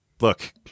Look